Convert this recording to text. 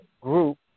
group